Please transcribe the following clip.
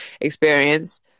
experience